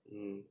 mm